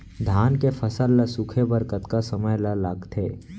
धान के फसल ल सूखे बर कतका समय ल लगथे?